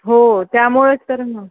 हो त्यामुळेच तर हा